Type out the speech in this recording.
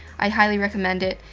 i highly recommend it.